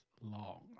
long